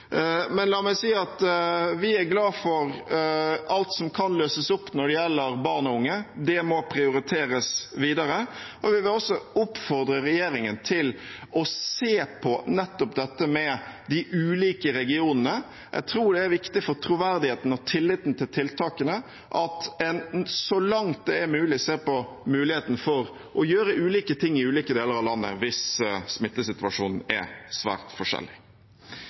Men la meg si at vi er glad for alt som kan løses opp når det gjelder barn og unge, det må prioriteres videre. Vi vil også oppfordre regjeringen til nettopp å se på de ulike regionene. Jeg tror det er viktig for troverdigheten og tilliten til tiltakene at en, så langt det er mulig, ser på muligheten for å gjøre ulike ting i ulike deler av landet hvis smittesituasjonen er svært forskjellig.